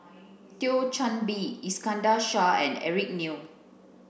Thio Chan Bee Iskandar Shah and Eric Neo